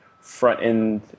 front-end